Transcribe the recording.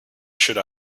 should